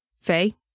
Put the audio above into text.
Faye